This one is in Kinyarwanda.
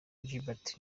gilbert